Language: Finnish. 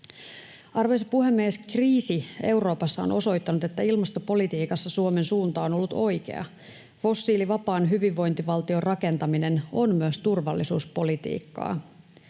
Arvoisa puhemies! Kriisi Euroopassa on osoittanut, että ilmastopolitiikassa Suomen suunta on ollut oikea. Fossiilivapaan hyvinvointivaltion rakentaminen on myös turvallisuuspolitiikkaa.